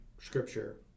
Scripture